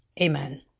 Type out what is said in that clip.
Amen